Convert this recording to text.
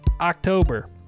October